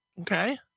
okay